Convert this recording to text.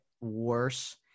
worse